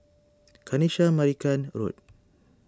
Kanisha Marican Road